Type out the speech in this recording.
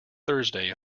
thursday